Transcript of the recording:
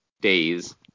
days